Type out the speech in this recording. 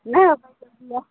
नो बायदेव दैया